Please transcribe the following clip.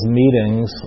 meetings